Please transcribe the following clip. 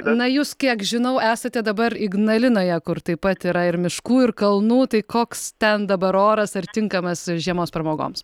na jūs kiek žinau esate dabar ignalinoje kur taip pat yra ir miškų ir kalnų tai koks ten dabar oras ar tinkamas žiemos pramogoms